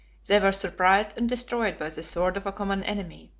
they were surprised and destroyed by the sword of a common enemy.